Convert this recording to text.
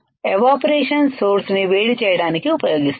evaporation source ని వేడి చేయడానికి ఉపయోగిస్తాము